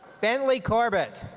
bentley corbett.